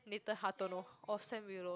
Nathan-Hartono or Sam-Willows